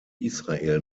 israel